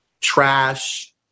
trash